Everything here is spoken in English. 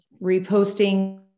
reposting